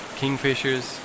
kingfishers